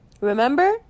remember